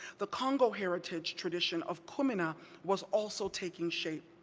the kongo heritage tradition of kumina was also taking shape.